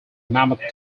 mammoth